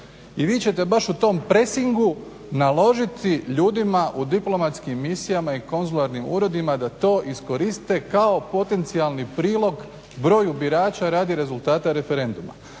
i vi ćete baš u tom presingu naložiti ljudima u diplomatskim misijama i konzularnim uredima da to iskoriste kao potencijalni prilog broju birača radi rezultata referenduma.